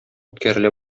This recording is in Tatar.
үткәрелә